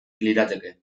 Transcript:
lirateke